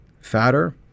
fatter